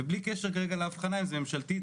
ובלי קשר כרגע להבחנה אם זה ממשלתי,